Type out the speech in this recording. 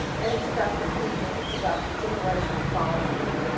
and it's about the people. it's about the generation that follow you,